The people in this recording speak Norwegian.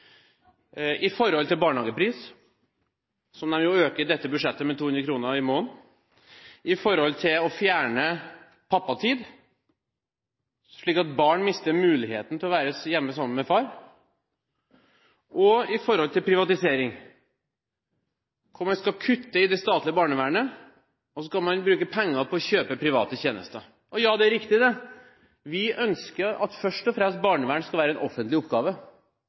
øker en i dette budsjettet med 200 kr i måneden, en fjerner pappatid, slik at barn mister muligheten til å være hjemme sammen med far, og en får privatisering, hvor man skal kutte i det statlige barnevernet og bruke penger på å kjøpe private tjenester. Ja, det er riktig, vi ønsker at barnevern først og fremst skal være en offentlig oppgave,